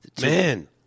Man